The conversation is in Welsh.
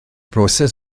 broses